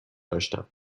داشتم